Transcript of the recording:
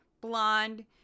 blonde